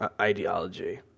ideology